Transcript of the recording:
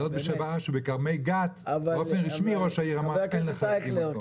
זאת בשעה שבכרמי גת באופן רשמי ראש העיר אמר מלכתחילה לא.